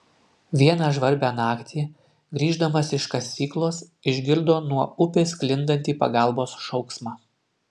vieną žvarbią naktį grįždamas iš kasyklos išgirdo nuo upės sklindantį pagalbos šauksmą